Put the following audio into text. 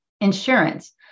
Insurance